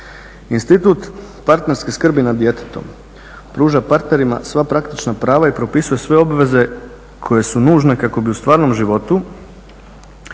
Institut partnerske skrbi nad djetetom pruža partnerima sva praktična prava i propisuje sve obveze koje su nužne kako bi u stvarnom životu